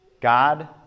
God